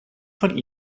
von